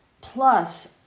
plus